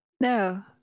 No